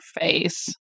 face